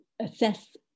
assess